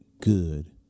good